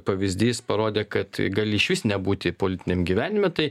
pavyzdys parodė kad gali išvis nebūti politiniam gyvenime tai